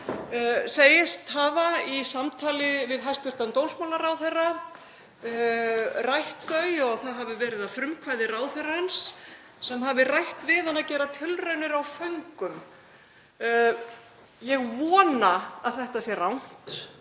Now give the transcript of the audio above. segist hafa í samtali við hæstv. dómsmálaráðherra rætt það, og það hafi verið að frumkvæði ráðherrans sem hafi rætt það við hann, að gera tilraunir á föngum. Ég vona að þetta sé rangt.